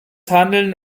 handeln